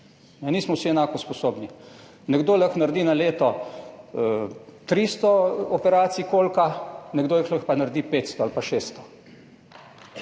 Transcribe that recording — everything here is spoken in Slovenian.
nismo vsi enako sposobni, nekdo lahko naredi na leto 300 operacij kolka, nekdo jih lahko pa naredi 500 ali pa 600.